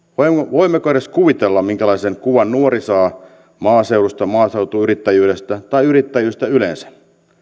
voimmeko edes kuvitella minkälaisen kuvan nuori saa maaseudusta maaseutuyrittäjyydestä tai yrittäjyydestä yleensä